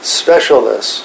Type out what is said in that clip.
specialness